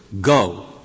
go